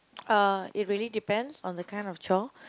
uh it really depends on the kind of chore